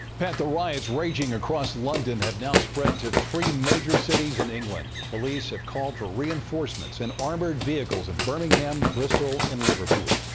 pat, the riots raging across london have spread to three major cities in england. police have called for reinforcements and armored vehicles in birmingham, bristol, and liverpool.